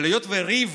אבל היות שהריב